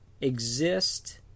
exist